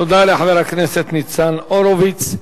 תודה לחבר הכנסת ניצן הורוביץ.